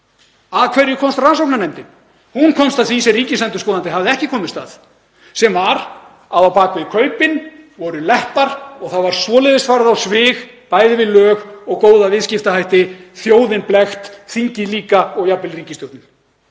Að hverju komst rannsóknarnefndin? Hún komst að því sem ríkisendurskoðandi hafði ekki komist að, sem var að á bak við kaupin voru leppar og það var svoleiðis farið á svig við lög og góða viðskiptahætti, þjóðin blekkt, þingið líka og jafnvel ríkisstjórnin.